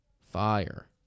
fire